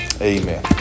amen